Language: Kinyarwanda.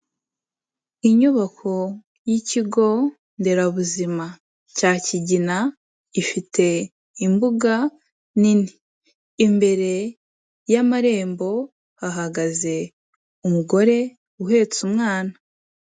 Inyubako y'Ikigo Nderabuzima cya Kigina ifite imbuga nini, imbere y'amarembo hahagaze umugore uhetse umwana.